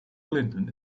clinton